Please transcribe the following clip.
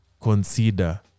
consider